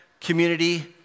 community